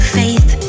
faith